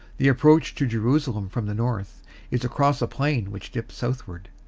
the approach to jerusalem from the north is across a plain which dips southward,